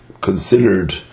considered